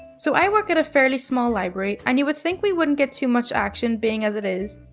so i work at a fairly small library, and you would think we wouldn't get too much action being as it is.